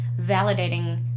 validating